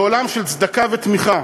לעולם של צדקה ותמיכה.